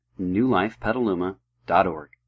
newlifepetaluma.org